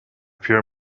pure